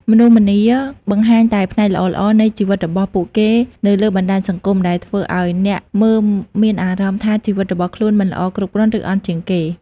មនុស្សម្នាបង្ហាញតែផ្នែកល្អៗនៃជីវិតរបស់ពួកគេនៅលើបណ្តាញសង្គម ដែលធ្វើឲ្យអ្នកមើលមានអារម្មណ៍ថាជីវិតរបស់ខ្លួនមិនល្អគ្រប់គ្រាន់ ឬអន់ជាងគេ។